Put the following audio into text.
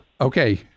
okay